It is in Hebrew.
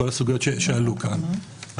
כל הסוגיות שעלו כאן,